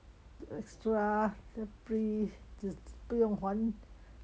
extra prepare 就不用还